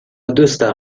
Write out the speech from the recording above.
دوستم